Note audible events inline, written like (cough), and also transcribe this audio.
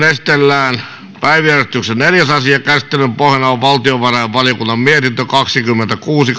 (unintelligible) esitellään päiväjärjestyksen neljäs asia käsittelyn pohjana on valtiovarainvaliokunnan mietintö kaksikymmentäkuusi (unintelligible)